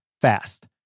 fast